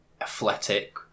athletic